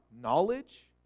knowledge